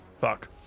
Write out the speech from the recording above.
Fuck